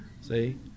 see